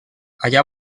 allà